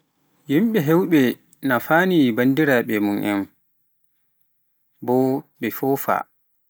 yimɓe heewɓe nafaani banndiraaɓe mum en, mboo ɓe fohfoh.